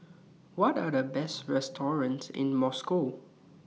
What Are The Best restaurants in Moscow